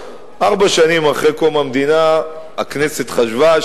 ארבע שנים אחרי קום המדינה הכנסת חשבה,